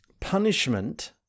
punishment